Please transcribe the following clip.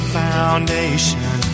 foundation